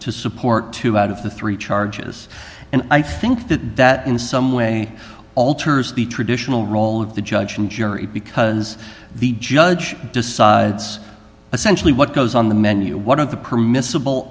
to support two out of the three charges and i think that that in some way alters the traditional role of the judge and jury because the judge decides essentially what goes on the menu what are the permissible